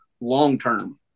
long-term